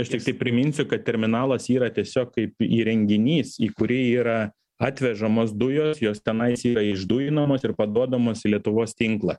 aš tiktai priminsiu kad terminalas yra tiesiog kaip įrenginys į kurį yra atvežamos dujos jos tenais yra išdujinamos ir paduodamas į lietuvos tinklą